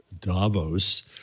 Davos